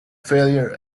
failure